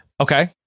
Okay